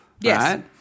Yes